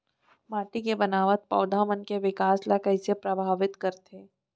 माटी के बनावट पौधा मन के बिकास ला कईसे परभावित करथे